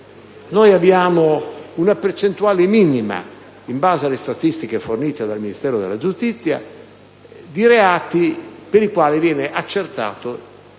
Noi abbiamo una percentuale minima, in base alle statistiche fornite dal Ministero della giustizia, di reati per i quali viene accertato il responsabile.